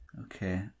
Okay